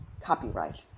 copyright